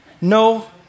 No